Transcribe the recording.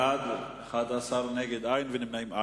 בעד, 11, אין מתנגדים ואין נמנעים.